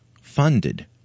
funded